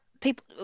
people